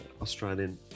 Australian